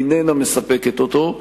איננה מספקת אותו,